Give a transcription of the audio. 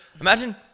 Imagine